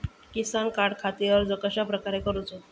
किसान कार्डखाती अर्ज कश्याप्रकारे करूचो?